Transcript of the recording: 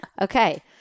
Okay